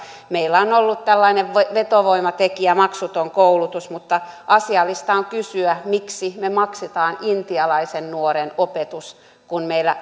meillä on ollut tällainen vetovoimatekijä maksuton koulutus mutta asiallista on kysyä miksi me maksamme intialaisen nuoren opetuksen kun meillä